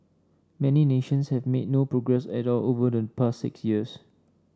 many nations have made no progress at all over the past six years